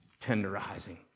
tenderizing